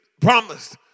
promised